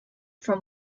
from